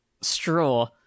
straw